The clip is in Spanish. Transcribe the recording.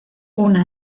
una